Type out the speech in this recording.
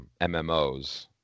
MMOs